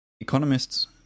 economists